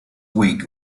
wig